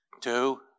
Two